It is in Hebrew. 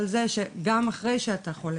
למי?